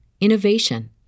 innovation